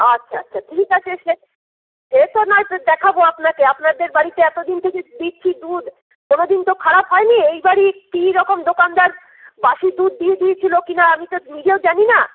আচ্ছা আচ্ছা ঠিক আছে সে সে তো নয় দেখাবো আপনাকে আপনাদের বাড়িতে এতদিন থেকে দিচ্ছি দুধ কোনোদিন তো খারাপ হয়নি এইবারই কি রকম দোকানদার বাসি দুধ দিয়ে দিয়েছিলো কিনা আমি তো নিজেও জানিনা